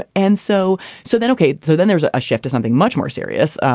ah and so so then. ok. so then there's a shift to something much more serious.